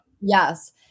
Yes